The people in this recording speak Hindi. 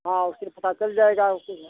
हाँ उसी में पता चल जाएगा उसी में